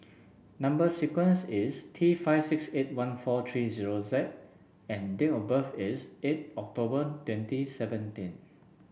number sequence is T five six eight one four three zero Z and date of birth is eight October twenty seventeen